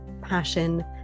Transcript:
passion